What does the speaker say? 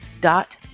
dot